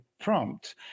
prompt